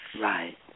Right